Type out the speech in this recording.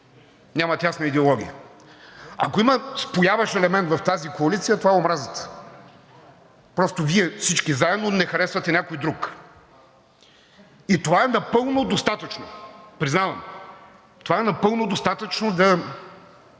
нямат ясна идеология. Ако има спояващ елемент в тази коалиция, това е омразата. Просто Вие всички заедно не харесвате някой друг – и това е напълно достатъчно, признавам. Това е напълно достатъчно да